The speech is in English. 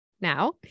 Now